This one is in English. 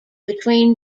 between